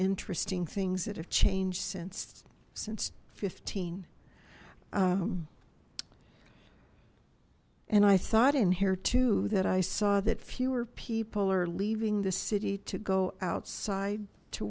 interesting things that have changed since since fifteen and i thought in here too that i saw that fewer people are leaving the city to go outside to